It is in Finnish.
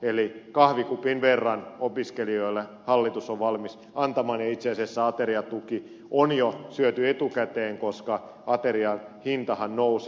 eli kahvikupin verran opiskelijoille hallitus on valmis antamaan ja itse asiassa ateriatuki on jo syöty etukäteen koska aterian hintahan nousee